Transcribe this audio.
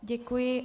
Děkuji.